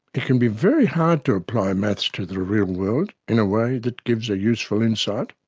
it can be very hard to apply maths to the real world in a way that gives a useful insight.